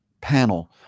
panel